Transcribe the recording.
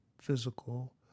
physical